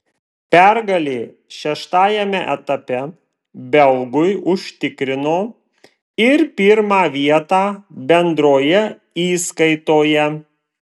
pergalė šeštajame etape belgui užtikrino ir pirmą vietą bendroje įskaitoje